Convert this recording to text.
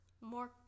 more